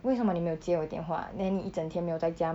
为什么你没有接我电话 then 你一整天没有在家